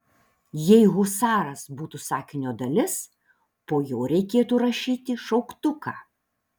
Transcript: jei husaras būtų sakinio dalis po jo reikėtų rašyti šauktuką